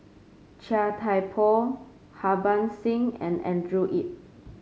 Chia Thye Poh Harbans Singh and Andrew Yip